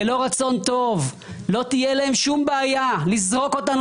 ללא רצון טוב לא תהיה גם להם שום בעיה לזרוק אותנו